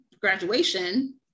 graduation